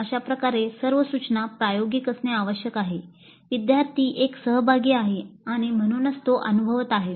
अशाप्रकारे सर्व सूचना प्रायोगिक असणे आवश्यक आहे विद्यार्थी एक सहभागी आहे आणि म्हणूनच तो अनुभवत आहे